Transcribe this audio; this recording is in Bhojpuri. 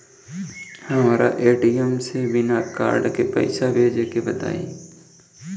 हमरा ए.टी.एम से बिना कार्ड के पईसा भेजे के बताई?